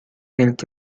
ملک